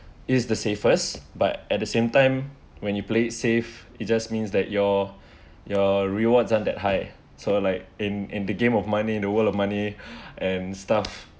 is the safest but at the same time when you play played safe it just means that your your rewards don't that high so like in in the game of money in the world of money and stuff